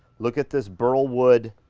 look at this burl wood,